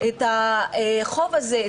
את החוב הזה,